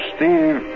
Steve